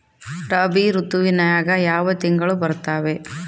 ರಾಬಿ ಋತುವಿನ್ಯಾಗ ಯಾವ ತಿಂಗಳು ಬರ್ತಾವೆ?